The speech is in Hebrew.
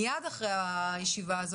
מיד אחרי סיום הישיבה,